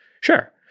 Sure